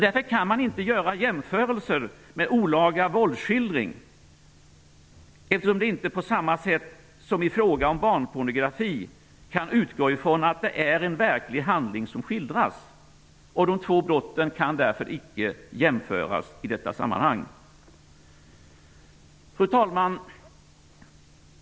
Man kan inte göra jämförelser med olaga våldsskildring eftersom man inte på samma sätt som ifråga om barnpornografi kan utgå ifrån att det är en verklig handling som skildras. De två brotten kan därför inte jämföras i detta sammanhang. Fru talman!